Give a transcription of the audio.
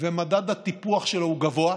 ומדד הטיפוח שלו גבוה,